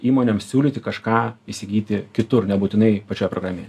įmonėms siūlyti kažką įsigyti kitur nebūtinai pačioje programė